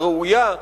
הראויה,